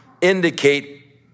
indicate